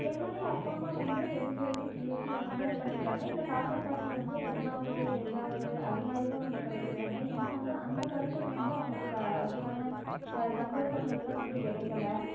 என்னுடைய அப்பா அம்மா வந்து எஸ்எஸ்எல்சி பியூசி அந்தமாதிரி பண்ணியிருக்காங்க எங்கள் தாத்தா பாட்டி வந்து ஒன்றாவது ரெண்டாவது அது மாதிரி தான் வந்து படித்திருக்காங்க ஏன்னா வந்து அந்த காலத்தில் வந்து அவங்களுக்கு அதுக்கான சந்தர்ப்பங்கள்லாம் வந்து கிடைக்கல